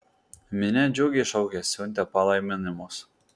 minia džiugiai šaukė siuntė palaiminimus